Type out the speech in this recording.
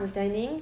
with dining